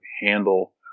handle